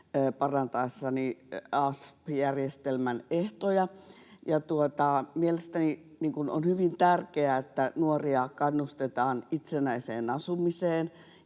parantaessani asp-järjestelmän ehtoja. Mielestäni on hyvin tärkeää, että nuoria kannustetaan itsenäiseen asumiseen,